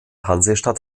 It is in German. hansestadt